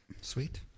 sweet